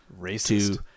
Racist